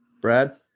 Brad